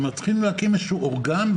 כלומר צריך להקים איזשהו אורגן,